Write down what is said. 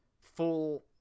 full